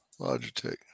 Logitech